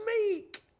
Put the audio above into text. meek